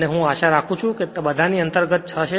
અને હું આશા રાખું છું કે બધાની અંતર્ગત થશે